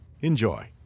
Enjoy